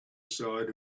side